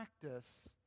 practice